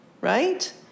right